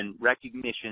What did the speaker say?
recognition